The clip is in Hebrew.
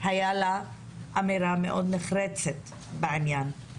היתה אמירה מאוד נחרצת בעניין.